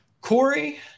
Corey